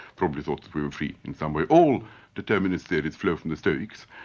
probably thought that we were free in some way. all determinist theorists flow from the stoics,